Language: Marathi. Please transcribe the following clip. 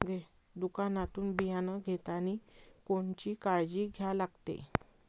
दुकानातून बियानं घेतानी कोनची काळजी घ्या लागते?